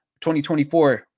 2024